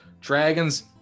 Dragons